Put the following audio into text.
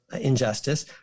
injustice